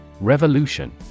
Revolution